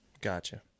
Gotcha